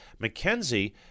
McKenzie